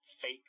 fake